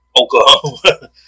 Oklahoma